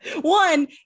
One